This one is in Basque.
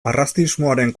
arrazismoaren